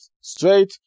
Straight